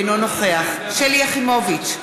אינו נוכח שלי יחימוביץ,